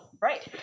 right